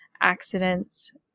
accidents